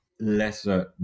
lesser